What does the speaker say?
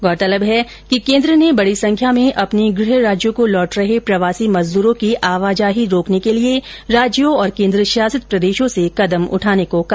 गौरतलब है कि केंद्र ने बड़ी संख्या में अपने गृह राज्यों को लौट रहे प्रवासी मजदूरों की आवाजाही रोकने के लिए राज्यों और केन्द्र शासित प्रदेशों से कदम उठाने को कहा